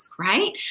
Right